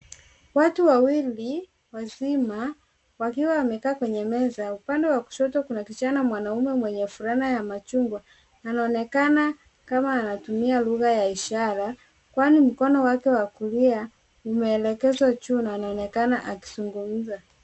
Watu wawili wazima wakiwa wamekaa kwenye meza, upande wa kushoto kuna kijana mwanaume mwenye fulana ya machungwa, anaonekana kama anatumia lugha ya ishara kwani mkono wake wa kulia umeelekezwa juu na anaonekana akizungumza.